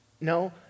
No